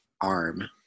arm